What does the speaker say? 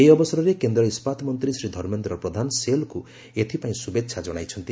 ଏହି ଅବସରରେ କେନ୍ଦ୍ର ଇସ୍କାତ ମନ୍ତ୍ରୀ ଶ୍ରୀ ଧର୍ମେନ୍ଦ୍ର ପ୍ରଧାନ ସେଲ୍କୁ ଏଥିଲାଗି ଶୁଭେଚ୍ଛା ଜଣାଇଚ୍ଚନ୍ତି